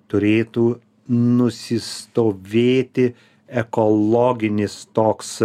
turėtų nusistovėti ekologinis toks